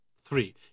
Three